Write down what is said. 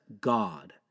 God